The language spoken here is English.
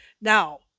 Now